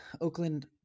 Oakland